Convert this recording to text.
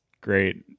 great